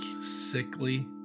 sickly